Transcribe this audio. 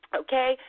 okay